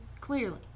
clearly